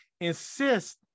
insist